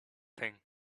thing